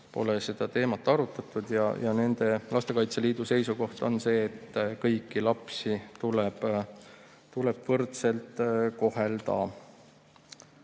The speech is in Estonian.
pole seda teemat arutatud. Lastekaitse Liidu seisukoht on see, et kõiki lapsi tuleb võrdselt kohelda.